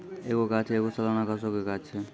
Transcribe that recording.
एकरो गाछ एगो सलाना घासो के गाछ छै